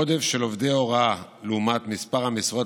1. עודף של עובדי הוראה לעומת מספר המשרות